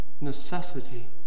necessity